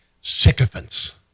sycophants